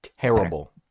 terrible